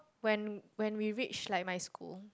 when when we reached like my school